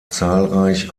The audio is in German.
zahlreich